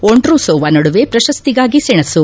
Vondrousova ನಡುವೆ ಪ್ರಶಸ್ತಿಗಾಗಿ ಸೆಣಸು